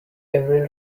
every